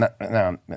No